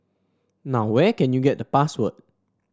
now where can you get the password